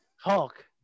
Hulk